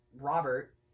robert